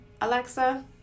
Alexa